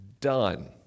Done